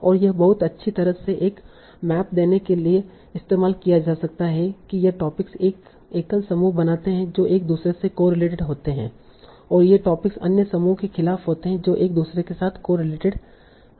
और यह बहुत अच्छी तरह से एक मैप देने के लिए इस्तेमाल किया जा सकता है कि ये टोपिक एक एकल समूह बनाते हैं जो एक दूसरे से कोरिलेटेड होते हैं और ये टोपिक अन्य समूह के खिलाफ होते हैं जो एक दूसरे के साथ कोरिलेटेड होते हैं